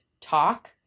talk